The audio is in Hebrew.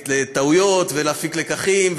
"טעויות" ו"להפיק לקחים",